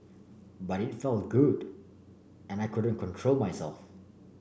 but it felt good and I couldn't control myself